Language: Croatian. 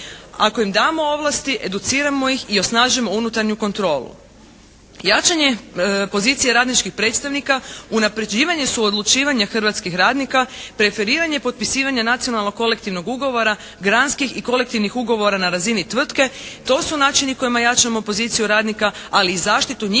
Ako im damo ovlasti educiramo ih i osnažujemo unutarnju kontrolu. Jačanje pozicije radničkih predstavnika unapređivanje su odlučivanja hrvatskih radnika, preferiranje potpisivanja nacionalnog kolektivnog ugovora, granskih i kolektivnih ugovora na razini tvrtke. To su načini kojima jačamo poziciju radnika, ali i zaštitu njihovih